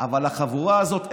אבל החבורה הזאת,